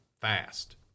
fast